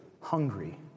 hungry